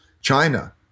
China